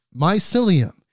mycelium